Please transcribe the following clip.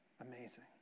Amazing